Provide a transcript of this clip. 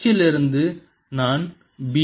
H இலிருந்து நான் B பெறலாம்